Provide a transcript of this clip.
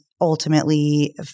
ultimately